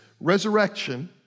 resurrection